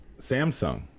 Samsung